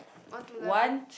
one to eleven